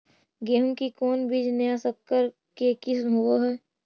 गेहू की कोन बीज नया सकर के किस्म होब हय?